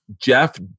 Jeff